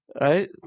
right